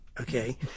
Okay